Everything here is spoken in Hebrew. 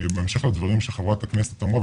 בהמשך לדברים שחברת הכנסת אמרה,